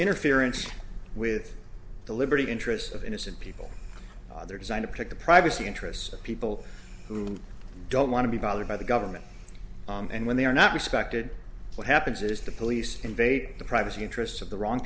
interference with the liberty interest of innocent people they're designed to protect the privacy interests of people who don't want to be bothered by the government and when they are not respected what happens is the police invade the privacy interests of the wrong